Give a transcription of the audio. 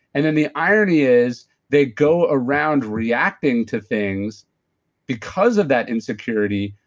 and then the irony is they go around reacting to things because of that insecurity,